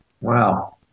Wow